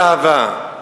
"כי עזה כמוות אהבה".